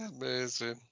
Amazing